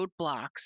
roadblocks